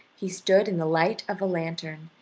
he stood in the light of a lantern,